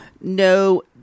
No